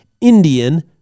Indian